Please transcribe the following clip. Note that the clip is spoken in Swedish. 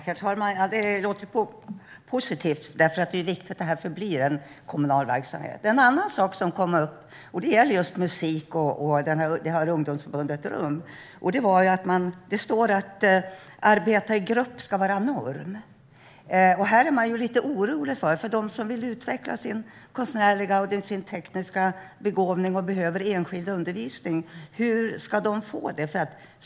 Herr talman! Det låter positivt, för det är viktigt att det här förblir en kommunal verksamhet. Det kom upp en annan sak som gäller just musik och ungdomsförbundet Rum. I utredningen står att grupparbete ska vara norm, vilket är lite oroande. Hur ska de som vill utveckla sin konstnärliga och tekniska begåvning och som behöver enskild undervisning få detta?